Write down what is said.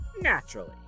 Naturally